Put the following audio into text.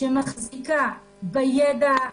שמחזיקה בידע,